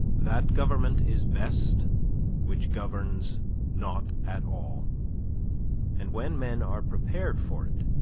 that government is best which governs not at all and when men are prepared for it,